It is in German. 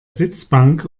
sitzbank